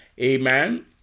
Amen